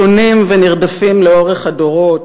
שונים ונרדפים לאורך הדורות,